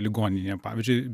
ligoninėje pavyzdžiui